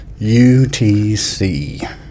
utc